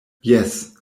yes